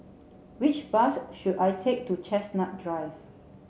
which bus should I take to Chestnut Drive